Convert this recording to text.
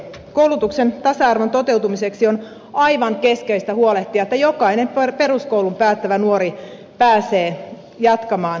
koulutuksen tasa arvon toteutumiseksi on aivan keskeistä huolehtia että jokainen peruskoulun päättävä nuori pääsee jatkamaan opiskelujaan